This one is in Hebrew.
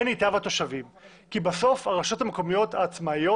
את נציגי הרשויות וגורמים נוספים,